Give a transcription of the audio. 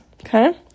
Okay